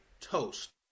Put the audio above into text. toast